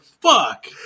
fuck